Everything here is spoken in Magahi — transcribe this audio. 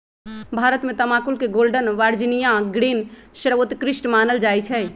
भारत में तमाकुल के गोल्डन वर्जिनियां ग्रीन सर्वोत्कृष्ट मानल जाइ छइ